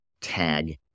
tag